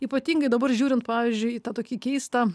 ypatingai dabar žiūrint pavyzdžiui į tą tokį keistą